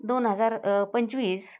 दोन हजार पंचवीस